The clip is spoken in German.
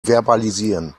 verbalisieren